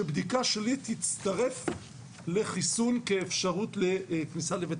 שבדיקה שלילית תצטרף לחיסון כאפשרות לכניסה לבית